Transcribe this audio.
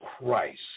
Christ